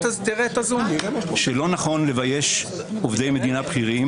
לא נכון לבייש עובדי מדינה בכירים.